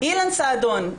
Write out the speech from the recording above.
אילן סעדון: